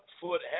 foot